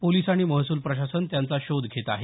police आणि महसूल प्रशासन त्यांचा शोध घेत आहे